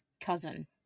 cousin